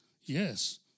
Yes